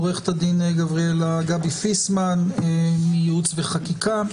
עו"ד גבי פיסמן מייעוץ וחקיקה,